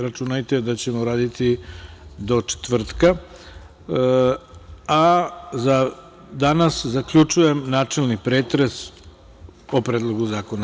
Računajte da ćemo raditi do četvrtka, a za danas zaključujem načelni pretres o Predlogu zakona.